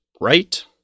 right